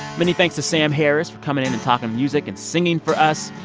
many thanks to sam harris for coming in and talking music and singing for us.